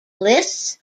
lists